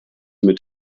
mit